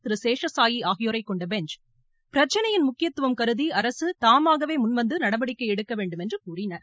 திரு சேஷசாயி ஆகியோனர கொண்ட பெஞ்ச் பிரச்சினையின் முக்கியத்துவம் கருதி அரசு தாமாகவே முன்வந்து நடவடிக்கை எடுக்க வேண்டும் என்று கூறினார்